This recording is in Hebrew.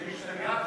התשע"ה